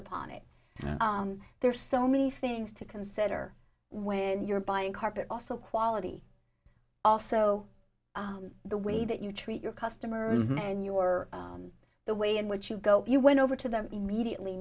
upon it there are so many things to consider when you're buying carpet also quality also the way that you treat your customers and your the way in which you go you went over to them immediately